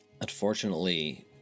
unfortunately